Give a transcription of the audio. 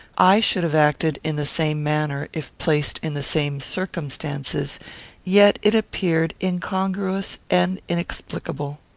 i should have acted in the same manner if placed in the same circumstances yet it appeared incongruous and inexplicable.